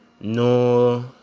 no